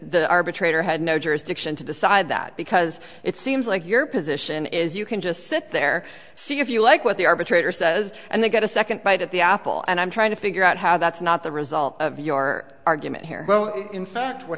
that the arbitrator had no jurisdiction to decide that because it seems like your position is you can just sit there see if you like what the arbitrator says and they get a second bite at the apple and i'm trying to figure out how that's not the result of your argument here well in fact what